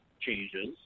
changes